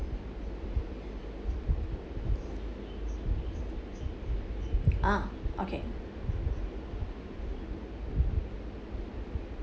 ah okay